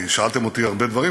כי שאלתם על הרבה דברים,